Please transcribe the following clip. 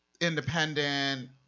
independent